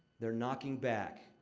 they're knocking back.